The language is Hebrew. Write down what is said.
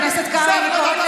חבר הכנסת קרעי, זו הפרדת רשויות?